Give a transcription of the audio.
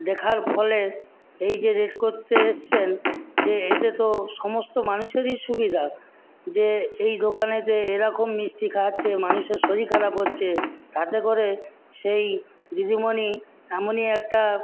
দেখার ফলে এই যে রেড করতে এসছেন যে এতে তো সমস্যা মানুষেরই অসুবিধা যে এই দোকানে যে এরকম মিষ্টি খাওয়াচ্ছে মানুষের শরীর খারাপ হচ্ছে তাতে করে সেই দিদিমণি এমনই একটা